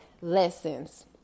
Lessons